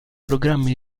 programmi